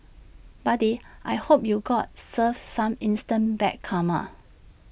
buddy I hope you got served some instant bad karma